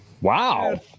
Wow